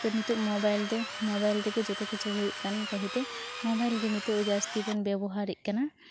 ᱛᱚ ᱱᱤᱛᱚᱝ ᱢᱳᱵᱟᱭᱤᱞᱫᱚ ᱢᱳᱵᱟᱭᱤᱞ ᱛᱮᱜᱮ ᱡᱚᱛᱚ ᱠᱤᱪᱷᱩ ᱦᱩᱭᱩᱜ ᱠᱟᱱ ᱠᱟᱹᱦᱤᱛᱮ ᱢᱳᱵᱟᱭᱤᱞᱜᱮ ᱱᱤᱛᱚᱜ ᱡᱟᱹᱥᱛᱤᱵᱚᱱ ᱵᱮᱵᱚᱦᱟᱨᱮᱫ ᱠᱟᱱᱟ